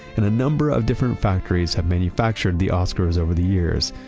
and a number of different factories have manufactured the oscars over the years.